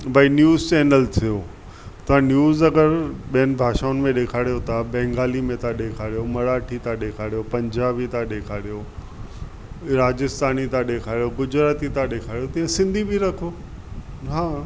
भई news channel थियो था न्यूज़ अगरि ॿियनि भाषाउनि में ॾेखारियो था बेंगाली में था ॾेखारियो मराठी था ॾेखारियो पंजाबी था ॾेखारियो राजस्थानी था ॾेखारियो गुजराती था ॾेखारियो त सिंधी बि रखो हा